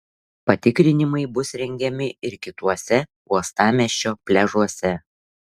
patikrinimai bus rengiami ir kituose uostamiesčio pliažuose